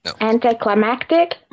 Anticlimactic